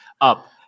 up